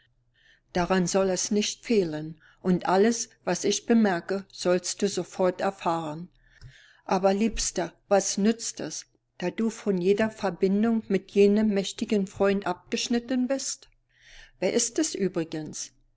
daran soll es nicht fehlen und alles was ich bemerke sollst du sofort erfahren aber liebster was nützt es da du von jeder verbindung mit jenem mächtigen freund abgeschnitten bist wer ist es übrigens